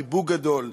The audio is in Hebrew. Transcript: חיבוק גדול,